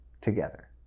together